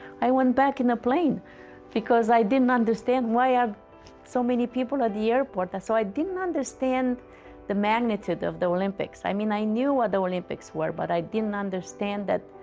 i went back in the plane because i didn't understand why are so many people at the airport. so i didn't understand the magnitude of the olympics. i mean, i knew what the olympics were, but i didn't understand that.